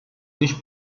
nicht